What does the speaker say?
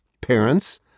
parents